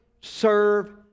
serve